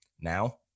Now